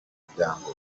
miryango